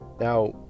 Now